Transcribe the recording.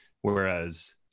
Whereas